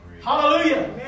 Hallelujah